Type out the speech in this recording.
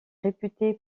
réputée